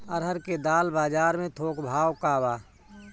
अरहर क दाल बजार में थोक भाव का बा?